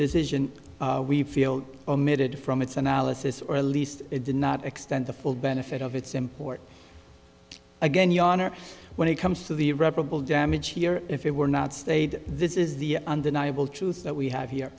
decision we feel omitted from its analysis or at least it did not extend the full benefit of its import again your honor when it comes to the irreparable damage here if it were not stayed this is the undeniable truth that we have here